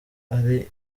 ari